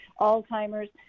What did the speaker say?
Alzheimer's